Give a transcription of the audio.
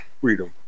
freedom